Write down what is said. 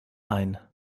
ein